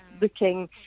looking